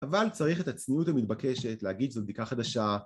אבל צריך את הצניעות המתבקשת להגיד זו בדיקה חדשה.